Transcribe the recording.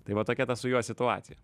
tai va tokia ta su juo situacija